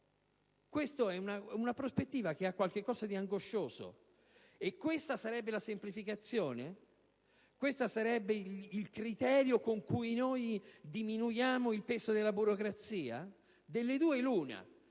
Questa prospettiva ha qualcosa di angoscioso. Questa sarebbe la semplificazione? Questo sarebbe il criterio con cui diminuiamo il peso della burocrazia? Delle due l'una: